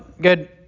good